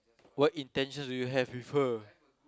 what intentions do you have with her